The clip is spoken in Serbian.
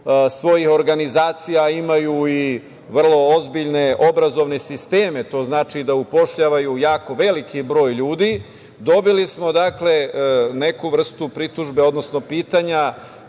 svojih organizacija imaju i vrlo ozbiljne obrazovne sisteme, to znači da zapošljavaju jako veliki broj ljudi, dobili smo dakle, neku vrstu pritužbe, odnosno pitanja